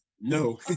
No